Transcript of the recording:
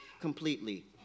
completely